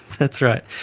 that's right.